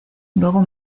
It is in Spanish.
luego